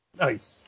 Nice